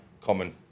common